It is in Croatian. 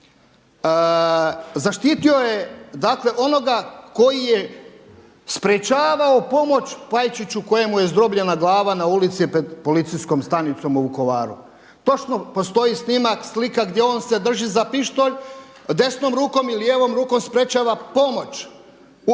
Zaštitio je dakle onoga koji je sprječavao pomoć Pajčiću kojemu je zdrobljena glava na ulici pred policijskom stanicom u Vukovaru. Točno postoji snimak, slika gdje on se drži za pištolj desnom rukom i lijevom rukom sprječava pomoć Pajčić